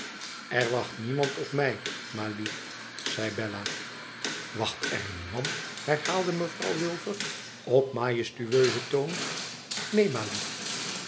lër wacht niemand op mij ma lief zei bella t wacht er niemand herhaalde mevrouw wilfer op majestueuzen toon t neen ma lief